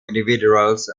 individuals